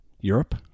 Europe